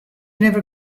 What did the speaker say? never